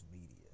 media